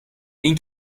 این